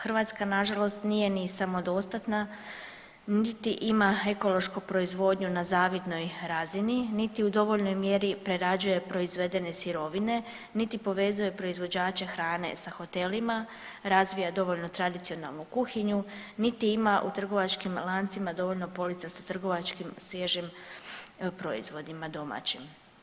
Hrvatska nažalost nije ni samodostatna, niti ima ekološku proizvodnju na zavidnoj razini, niti u dovoljnoj mjeri prerađuje proizvedene sirovine, niti povezuje proizvođače hrane sa hotelima, razvija dovoljno tradicionalnu kuhinju, niti ima u trgovačkim lancima dovoljno polica sa trgovačkim svježim proizvodima domaćim.